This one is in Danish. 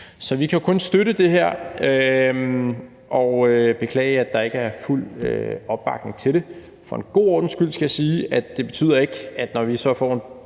Så vi kan jo kun støtte det her og beklage, at der ikke er fuld opbakning til det. For en god ordens skyld skal jeg sige, at det ikke betyder, at når vi så får et